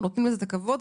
נותנים לזה את הכבוד,